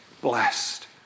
blessed